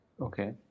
Okay